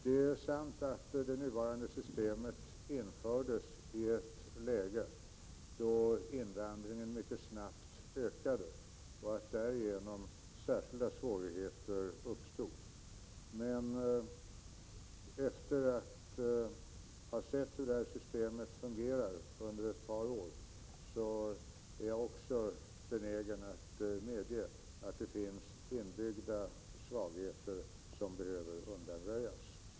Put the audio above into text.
Det är sant att det nuvarande systemet infördes i ett läge då invandringen mycket snabbt ökade och att därigenom särskilda svårigheter uppstod. Sedan jag under ett par år har sett hur systemet fungerar är jag också benägen att medge att det finns inbyggda svagheter som behöver undanröjas.